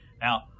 Now